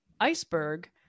iceberg